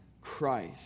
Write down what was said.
Christ